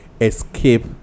escape